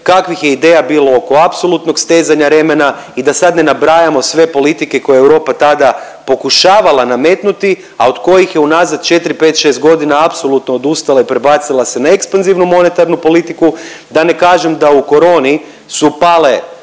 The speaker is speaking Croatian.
kakvih je ideja bilo oko apsolutnog stezanja remena i da sad ne nabrajamo sve politike koje je Europa tada pokušavala nametnuti, a od kojih je unazad 4, 5, 6 godina apsolutno odustala i prebacila se na ekspanzivnu monetarnu politiku, da ne kažem da u koroni su pale